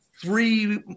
three